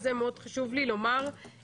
אז זה מאוד חשוב לי לומר לפרוטוקול,